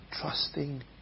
trusting